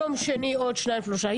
ביום שני עוד שניים-שלושה,